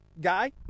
guy